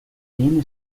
menino